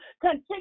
continue